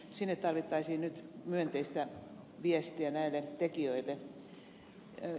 sinne tarvittaisiin nyt myönteistä viestiä näille tekijöille